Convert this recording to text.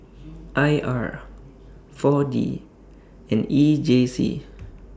I R four D and E J C